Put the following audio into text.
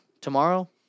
tomorrow